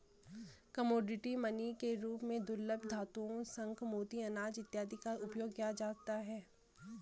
commodity money के रूप में दुर्लभ धातुओं शंख मोती अनाज इत्यादि का उपयोग किया जाता है